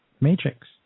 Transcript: Matrix